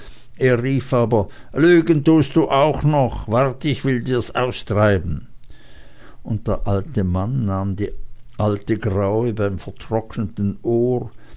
er rief aber lügen tust du auch noch wart ich will dir's austreiben und der alte mann nahm die alte graue beim vertrockneten ohr